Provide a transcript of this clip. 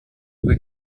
due